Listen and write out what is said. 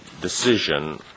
decision